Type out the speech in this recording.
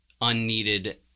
unneeded